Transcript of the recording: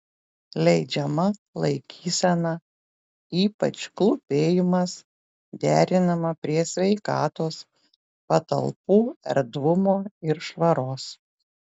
leidžiama laikysena ypač klūpėjimas derinama prie sveikatos patalpų erdvumo ir švaros